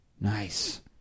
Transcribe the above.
Nice